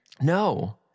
No